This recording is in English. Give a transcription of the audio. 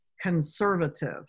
conservative